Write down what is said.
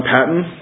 Patton